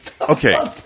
okay